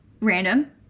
random